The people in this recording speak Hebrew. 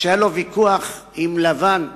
שהיה לו ויכוח עם לבן חותנו,